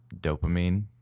dopamine